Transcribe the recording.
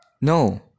No